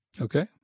Okay